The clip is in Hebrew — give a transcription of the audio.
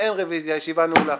אין רביזיה, הישיבה נעולה.